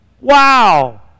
Wow